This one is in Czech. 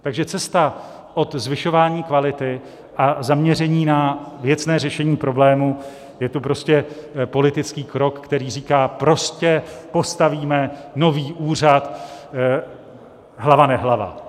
Takže cesta od zvyšování kvality a zaměření na věcné řešení problémů je to prostě politický krok, který říká: Postavíme nový úřad, hlava nehlava.